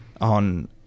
on